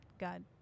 God